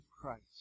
Christ